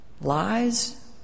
lies